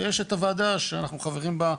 ויש את הוועדה שאנחנו חברים בה,